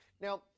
Now